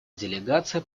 делегация